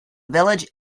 village